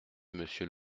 monsieur